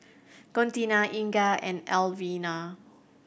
Contina Inga and Alvina